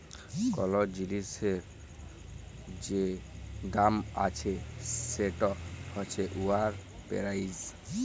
call জিলিসের যে দাম আছে সেট হছে উয়ার পেরাইস